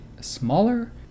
smaller